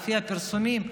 לפי הפרסומים,